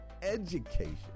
education